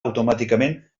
automàticament